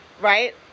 right